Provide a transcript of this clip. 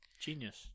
Genius